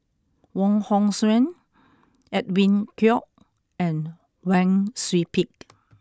Wong Hong Suen Edwin Koek and Wang Sui Pick